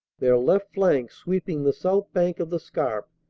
their left flank sweeping the south bank of the scarpe,